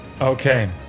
Okay